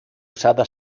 usada